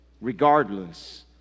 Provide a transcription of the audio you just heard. regardless